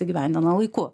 įgyvendina laiku